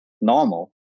normal